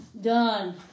Done